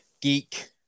geek